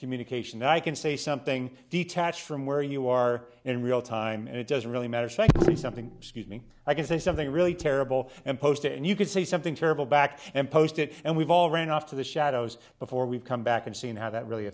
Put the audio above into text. communication i can say something detached from where you are in real time and it doesn't really matter something sees me i can say something really terrible and post it and you could say something terrible back and post it and we've all ran off to the shadows before we've come back and seen how that really